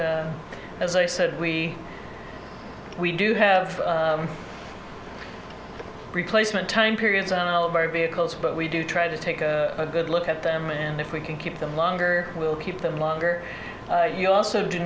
d as i said we we do have replacement time periods on all of our vehicles but we do try to take a good look at them and if we can keep them longer we'll keep them longer you also do